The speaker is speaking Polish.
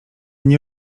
nie